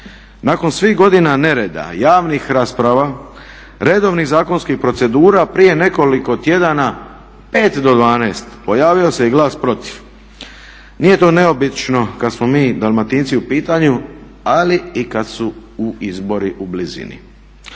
Nakon svih godina nereda, javnih rasprava redovnih zakonskih procedura prije nekoliko tjedana pet do dvanaest, pojavio se i glas protiv. Nije to neobično kada smo mi Dalmatinci u pitanju, ali i kada su i izbori u blizini.